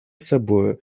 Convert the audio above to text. собою